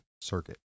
circuit